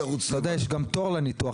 יש גם תור לניתוח,